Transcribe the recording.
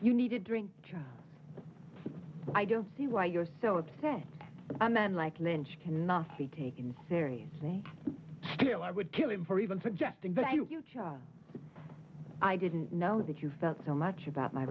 you need to drink i don't see why you're so upset and then like lynch cannot be taken seriously still i would kill him for even suggesting but i didn't know that you felt so much about my